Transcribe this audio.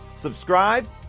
Subscribe